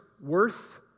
Worth